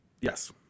Yes